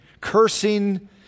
cursing